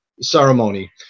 ceremony